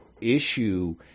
issue